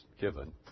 given